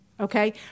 okay